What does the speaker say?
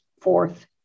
fourth